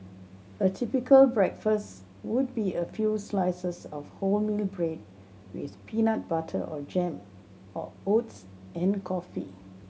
a typical breakfast would be a few slices of wholemeal bread with peanut butter or jam or oats and coffee